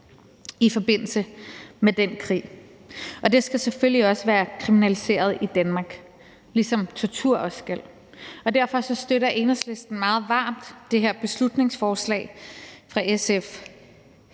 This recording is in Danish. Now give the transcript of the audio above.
i forbindelse med den krig, og det skal selvfølgelig også være kriminaliseret i Danmark, ligesom tortur også skal være det. Derfor støtter Enhedslisten meget varmt det her beslutningsforslag fra SF.